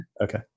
Okay